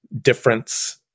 difference